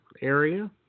area